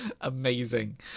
Amazing